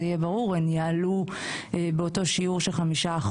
יהיה ברור יעלו באותו שיעור של 5%,